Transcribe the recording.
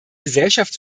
gesellschaft